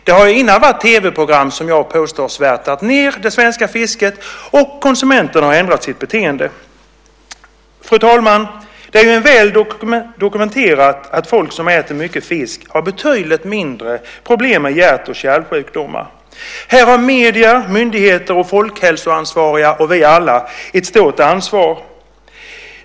Det har ju tidigare varit tv-program som jag påstår har svärtat ned det svenska fisket, och konsumenterna har ändrat sitt beteende. Fru talman! Det är väl dokumenterat att folk som äter mycket fisk har betydligt mindre problem med hjärt och kärlsjukdomar. Medier, myndigheter, folkhälsoansvariga och vi alla har här ett stort ansvar.